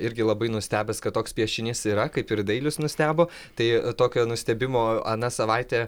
irgi labai nustebęs kad toks piešinys yra kaip ir dailius nustebo tai tokio nustebimo aną savaitę